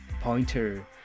Pointer